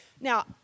now